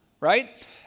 right